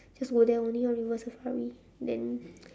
just go there only ah river-safari then